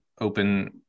open